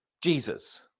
Jesus